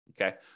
Okay